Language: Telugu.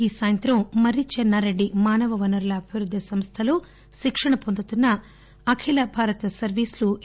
ఈ సాయంత్రం మర్రి చెన్నా రెడ్డి మానవ వనరుల అభివృద్ది సంస్థ లో శిక్ష ణ పొందుతున్న అఖిల భారత సర్వీసులు ఎ